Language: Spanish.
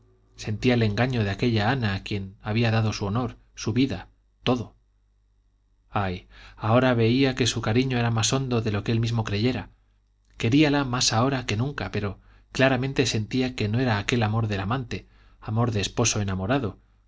sentía el engaño de aquella ana a quien había dado su honor su vida todo ay ahora veía que su cariño era más hondo de lo que él mismo creyera queríala más ahora que nunca pero claramente sentía que no era aquel amor de amante amor de esposo enamorado